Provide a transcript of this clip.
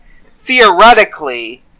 theoretically